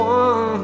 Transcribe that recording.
one